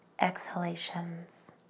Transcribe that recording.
exhalations